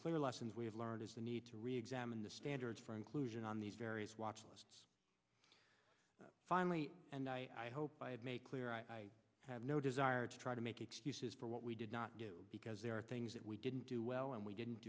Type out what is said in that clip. clear lessons we have learned is the need to re examine the standards for inclusion on these various watch lists finally and i hope i have made clear i have no desire to try to make excuses for what we did not do because there are things that we didn't do well and we didn't